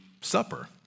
supper